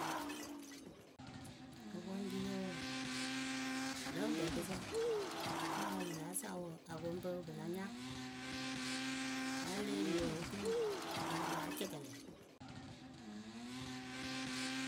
Apɔŋripǝ wǝǝ Lǝh ǝkpǝǝkǝsa amaa lah sa wǝǝ apɔŋpǝ pɨ la nya wǝ́ a lée ri wǝǝ oturu ya wɨ láa cɛkɛlɛ.